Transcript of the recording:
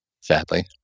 Sadly